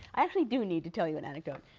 i actually do need to tell you an anecdote.